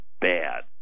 bad